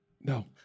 No